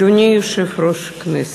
אדוני יושב-ראש הכנסת,